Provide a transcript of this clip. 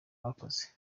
bakoze